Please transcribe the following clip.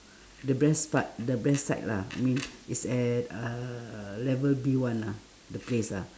the breast part the breast side lah I mean it's at uh level B one lah the place lah